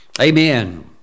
Amen